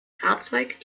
fahrzeug